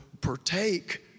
partake